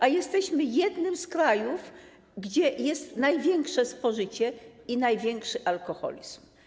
A jesteśmy jednym z krajów, gdzie jest największe spożycie i największy alkoholizm.